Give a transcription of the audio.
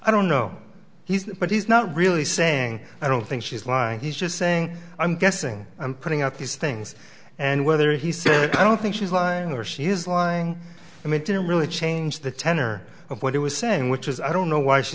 i don't know he's but he's not really saying i don't think she's lying he's just saying i'm guessing i'm putting out these things and whether he said i don't think she's lying or she is lying and it didn't really change the tenor of what it was saying which is i don't know why she